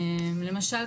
למשל,